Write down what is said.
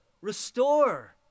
restore